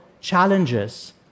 challenges